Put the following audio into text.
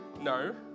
no